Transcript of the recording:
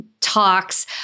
talks